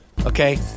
Okay